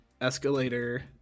escalator